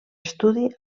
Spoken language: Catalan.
estudi